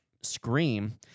scream